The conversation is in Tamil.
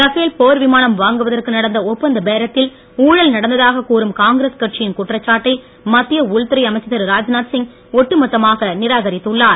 ரபேல் போர் விமானம் வாங்குவதற்கு நடந்த ஒப்பந்த பேரத்தில் ஊழல் நடந்ததாக கூறும் காங்கிரஸ் கட்சியின் குற்றச்சாட்டை மத்திய உள்துறை அமைச்சர் திரு ராஜ்நாத்சிங் நிராகரித்துள்ளார்